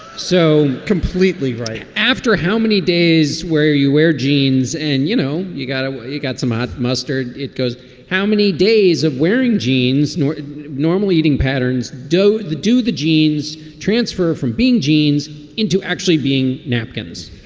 so completely right. after how many days where you wear jeans and you know, you got it, you got some hot mustard. it goes how many days of wearing jeans nor normal eating patterns do the do the jeans transfer from being jeans into actually being napkins?